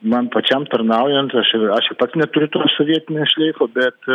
man pačiam tarnaujant aš ir aš ir pats neturiu to sovietinio šleifo bet